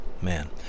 man